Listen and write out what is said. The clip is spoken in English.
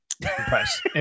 Impressed